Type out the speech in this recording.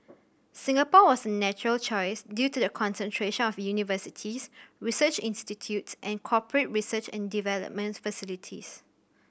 Singapore was a natural choice due to the concentration of universities research institutes and corporate research and development facilities